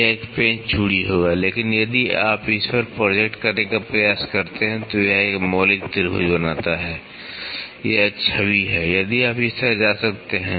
यह एक पेंच चूड़ी होगा लेकिन यदि आप इस पर प्रोजेक्ट करने का प्रयास करते हैं तो यह एक मौलिक त्रिभुज बनाता है यह एक छवि है यदि आप इस तरह जा सकते हैं